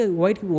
white